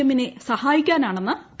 എമ്മിനെ സഹായിക്കാനാണെന്ന് പി